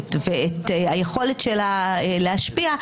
הכנסת ואת היכולת שלה להשפיע,